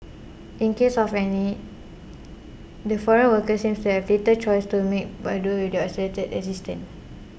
in case of any the foreign workers seem to have little choice to make but do with their isolated existence